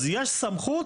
אז יש סמכות,